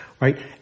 right